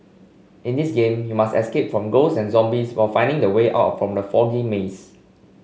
in this game you must escape from ghosts and zombies while finding the way out from the foggy maze